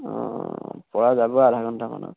অঁ পৰা যাব আধা ঘণ্টামানত